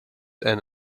and